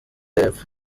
y’epfo